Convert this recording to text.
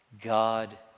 god